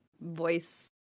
voice